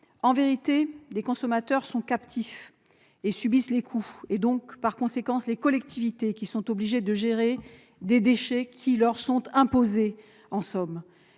En vérité, les consommateurs sont captifs et subissent les coûts. Par conséquent, les collectivités sont obligées de gérer des déchets qui leur sont en somme